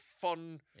fun